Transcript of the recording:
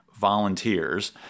volunteers